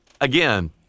again